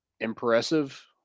impressive